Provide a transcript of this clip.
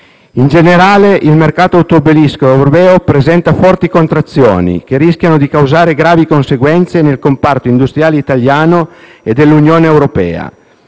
In generale, il mercato automobilistico europeo presenta forti contrazioni che rischiano di causare gravi conseguenze nel comparto industriale italiano e dell'Unione europea.